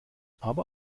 aber